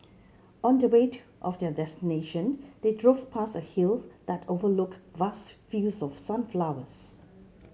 on the way to of their destination they drove past a hill that overlooked vast fields of sunflowers